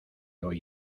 hoy